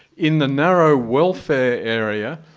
in the narrow welfare area,